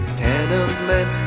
tenement